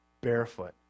barefoot